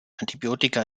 antibiotika